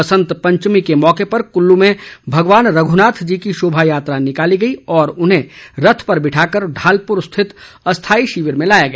बसंत पंचमी के मौके पर कुल्लू में भगवान रघुनाथ जी की शोभा यात्रा निकाली गई और उन्हें रथ पर बिठाकर ढालपुर स्थित अस्थाई शिविर में लाया गया